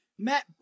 Matt